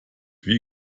wie